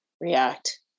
react